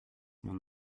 mon